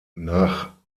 nach